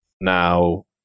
Now